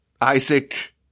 Isaac